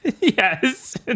yes